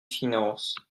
finances